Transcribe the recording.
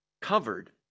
covered